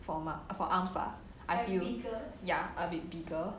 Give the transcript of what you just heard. for for arms lah I feel ya a bit bigger